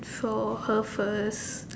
so her first